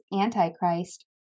Antichrist